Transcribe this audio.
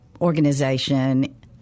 organization